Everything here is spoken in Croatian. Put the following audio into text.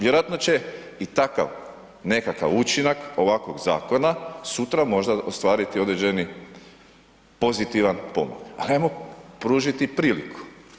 Vjerojatno će i takav nekakav učinak ovakvog zakona sutra možda ostvariti određeni pozitivan pomak, ali ajmo pružiti priliku.